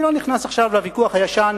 אני לא נכנס עכשיו לוויכוח הישן